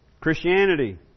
Christianity